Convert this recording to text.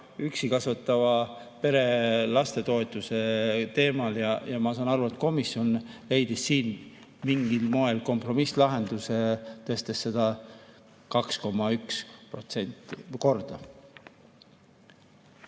last kasvatava vanema lastetoetuse teemal. Ma saan aru, et komisjon leidis siin mingil moel kompromisslahenduse, tõstes seda 2,1 korda. See,